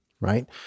right